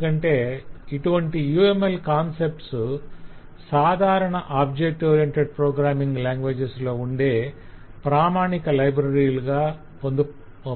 ఎందుకంటే ఇటువంటి UML concepts సాధారణ OOP లాంగ్వేజ్స్ లో ఉండే ప్రామాణిక లైబ్రరీలుగా